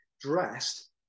dressed